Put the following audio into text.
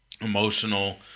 emotional